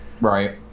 Right